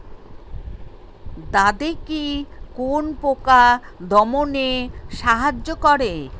দাদেকি কোন পোকা দমনে সাহায্য করে?